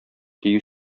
дию